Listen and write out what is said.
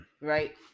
right